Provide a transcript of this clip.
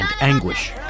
anguish